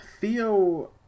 Theo